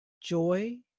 joy